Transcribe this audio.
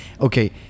okay